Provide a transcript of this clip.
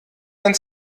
einen